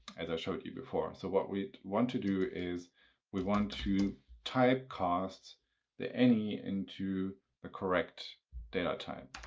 as i showed you before. so what we want to do is we want to typecast the any into the correct data type.